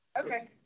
Okay